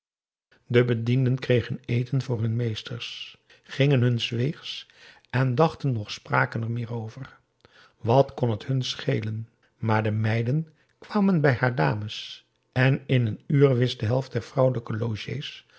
de bedienden kregen eten voor hun meesters gingen hun s weegs en dachten noch spraken er meer over wat kon het hun schelen maar de meiden kwamen bij haar dames en in een uur wist de helft der vrouwelijke logés